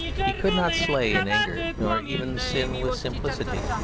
he could not slay in anger, nor even sin with simplicity.